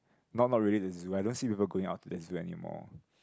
now not really the zoo I don't see people going out to the zoo anymore